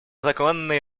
законной